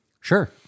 Sure